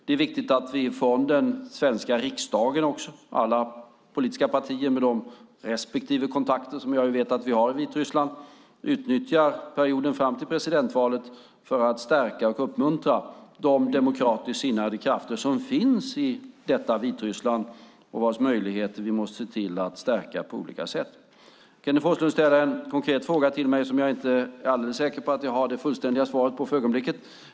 Det är också viktigt att vi från den svenska riksdagen, alla politiska partier, med de respektive kontakter som jag vet att vi har i Vitryssland utnyttjar perioden fram till presidentvalet för att stärka och uppmuntra de demokratiskt sinnade krafter som finns i detta Vitryssland. Vi måste se till att på olika sätt stärka deras möjligheter. Kenneth Forslund ställer en konkret fråga till mig som jag inte är alldeles säker på att jag för ögonblicket har det fullständiga svaret på.